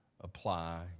apply